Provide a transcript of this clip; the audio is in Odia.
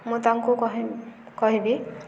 ମୁଁ ତାଙ୍କୁ କହିବି